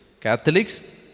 Catholics